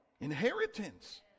inheritance